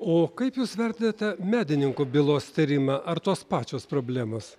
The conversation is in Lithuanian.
o kaip jūs vertinate medininkų bylos tyrimą ar tos pačios problemos